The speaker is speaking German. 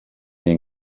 den